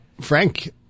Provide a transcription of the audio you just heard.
Frank